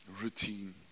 routine